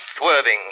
swerving